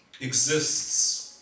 exists